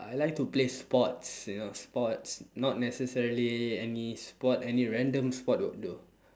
I like to play sports you know sports not necessarily any sport any random sport will do